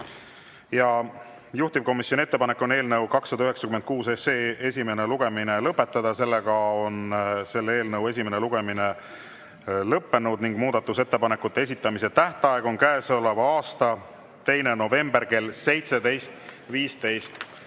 Juhtivkomisjoni ettepanek on eelnõu 296 esimene lugemine lõpetada. Selle eelnõu esimene lugemine on lõppenud ning muudatusettepanekute esitamise tähtaeg on käesoleva aasta 2. november kell 17.15.